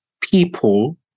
people